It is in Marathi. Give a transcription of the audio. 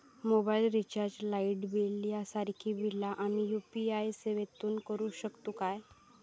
मोबाईल रिचार्ज, लाईट बिल यांसारखी बिला आम्ही यू.पी.आय सेवेतून करू शकतू काय?